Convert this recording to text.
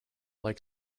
like